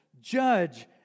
judge